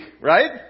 right